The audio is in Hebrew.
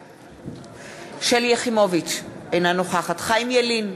בעד שלי יחימוביץ, אינה נוכחת חיים ילין,